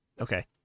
Okay